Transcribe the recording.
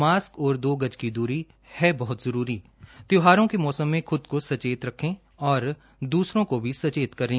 mask और दो गज की दूरी है बह्त जरूरी त्यौहारों के मौसम में खुद सचेत रहे और दूसरों को भी सचेत करें